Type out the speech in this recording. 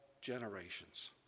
generations